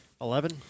Eleven